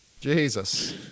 Jesus